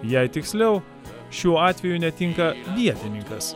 jei tiksliau šiuo atveju netinka vietininkas